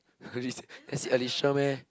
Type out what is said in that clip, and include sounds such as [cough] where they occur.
[laughs] this is Alicia meh